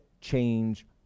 change